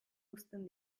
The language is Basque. uzten